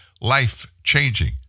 life-changing